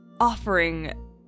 offering